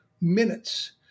minutes